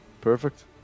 Perfect